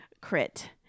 Crit